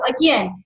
again